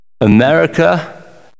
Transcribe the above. America